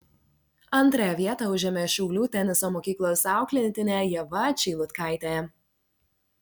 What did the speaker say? antrąją vietą užėmė šiaulių teniso mokyklos auklėtinė ieva čeilutkaitė